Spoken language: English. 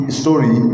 story